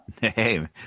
Hey